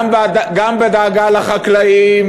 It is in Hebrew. גם בדאגה לחקלאים,